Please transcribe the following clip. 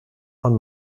von